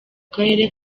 karere